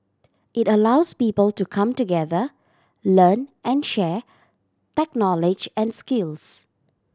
it allows people to come together learn and share tech knowledge and skills